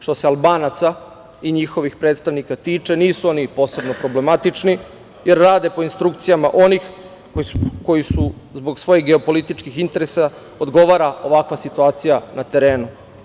Što se Albanaca i njihovih predstavnika tiče, nisu oni posebno problematični, jer rade po instrukcijama onih, koji zbog svojih političkih interesa odgovara ovakva situacija na terenu.